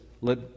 let